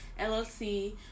llc